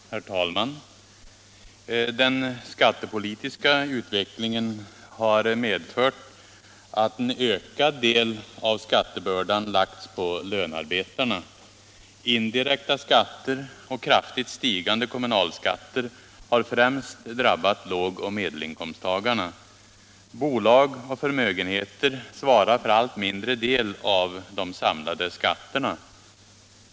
Herr talman! Den skattepolitiska utvecklingen har medfört att en ökad del av skattebördan lagts på lönarbetarna. Indirekta skatter och kraftigt stigande kommunalskatter har främst drabbat lågoch medelinkomsttagarna. Bolag och förmögenheter svarar för allt mindre del av de samlade skatterna.